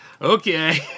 Okay